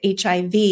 HIV